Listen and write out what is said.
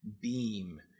beam